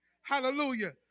Hallelujah